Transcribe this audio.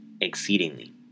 exceedingly